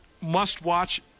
must-watch